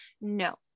No